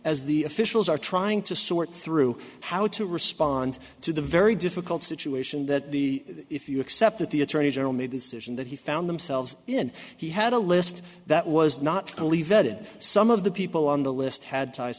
as the officials are trying to sort through how to respond to the very difficult situation that the if you accept that the attorney general made the decision that he found themselves in he had a list that was not fully vetted some of the people on the list had ties